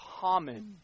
common